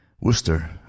Worcester